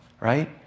right